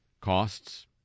costs